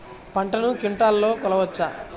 పంటను క్వింటాల్లలో కొలవచ్చా?